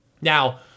Now